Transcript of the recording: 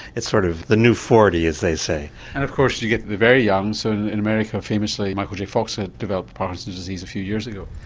it's sort of the new forty as they say. and of course you get the very young so in america famously michael j fox developed parkinson's disease a few years ago.